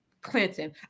Clinton